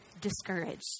discouraged